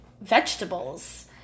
vegetables